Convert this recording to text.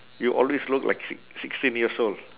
you always look like six~ sixteen years old